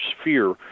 sphere